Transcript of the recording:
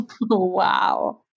Wow